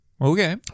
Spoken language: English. Okay